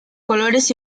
colores